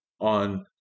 on